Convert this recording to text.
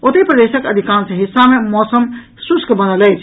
ओतहि प्रदेशक अधिकांश हिस्सा मे मौसम शुष्क बनल अछि